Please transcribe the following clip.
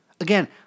Again